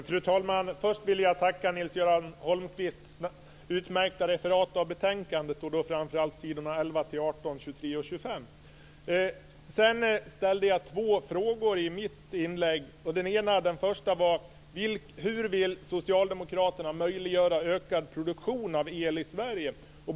Fru talman! Först vill jag tacka för Nils-Göran Jag ställde två frågor i mitt inlägg. Den första var: Hur vill Socialdemokraterna möjliggöra en ökad produktion av el i Sverige?